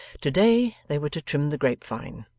to-day they were to trim the grape-vine,